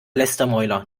lästermäuler